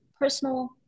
personal